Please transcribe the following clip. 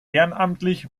ehrenamtlich